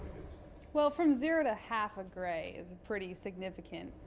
well, from zero to half a gray is pretty significant.